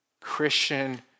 Christian